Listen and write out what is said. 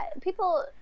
people